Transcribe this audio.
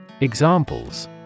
Examples